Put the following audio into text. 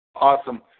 Awesome